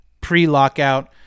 pre-lockout